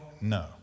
no